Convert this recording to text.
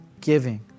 giving